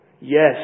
Yes